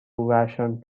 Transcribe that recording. vashon